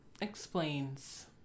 explains